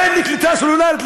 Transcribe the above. אין לי קליטה סלולרית.